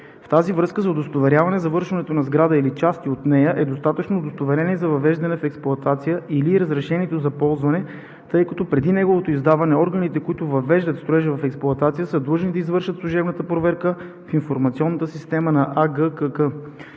В тази връзка за удостоверяване завършването на сграда или част от нея е достатъчно удостоверението за въвеждане в експлоатация или разрешението за ползване, тъй като преди неговото издаване органите, които въвеждат строежа в експлоатация, са длъжни да извършат служебна проверка в информационната система на